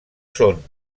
són